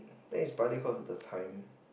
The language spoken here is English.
think it's partly cause of the time